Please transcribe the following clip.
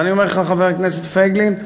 ואני אומר לך, חבר הכנסת פייגלין,